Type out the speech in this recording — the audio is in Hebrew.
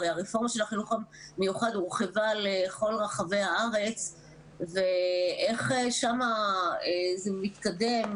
הרי הרפורמה של החינוך המיוחד הורחבה לכל רחבי הארץ ואיך שמה זה מתקדם